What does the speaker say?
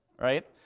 right